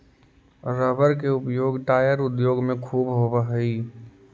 rubber के उपयोग tyre उद्योग में ख़ूब होवऽ हई